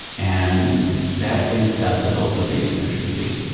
and that in itself is also big in efficiency.